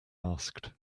asked